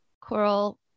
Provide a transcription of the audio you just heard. coral